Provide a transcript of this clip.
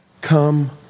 come